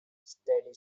steady